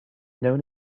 known